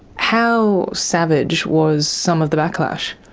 how savage was some of the backlash?